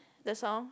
the song